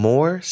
More